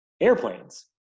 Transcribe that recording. airplanes